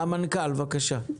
המנכ"ל, בבקשה.